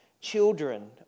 children